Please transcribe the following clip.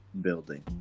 building